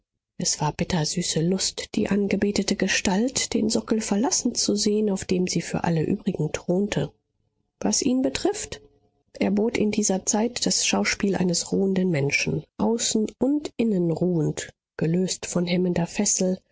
es war bittersüße lust die angebetete gestalt den sockel verlassen zu sehen auf dem sie für alle übrigen thronte was ihn betrifft er bot in dieser zeit das schauspiel eines ruhenden menschen außen und innen ruhend gelöst von hemmender fessel